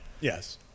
Yes